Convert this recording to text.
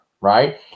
right